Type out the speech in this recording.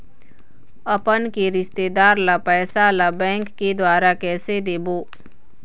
अपन के रिश्तेदार ला पैसा ला बैंक के द्वारा कैसे देबो?